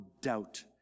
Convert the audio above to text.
doubt